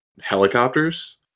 helicopters